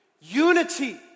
Unity